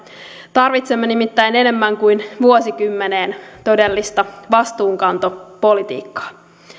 tarvitsemme nimittäin enemmän kuin vuosikymmeneen todellista vastuunkantopolitiikkaa